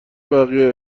بقیه